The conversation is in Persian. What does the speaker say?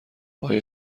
آیا